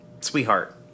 sweetheart